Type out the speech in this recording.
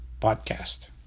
podcast